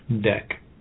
deck